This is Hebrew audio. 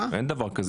אין דבר כזה.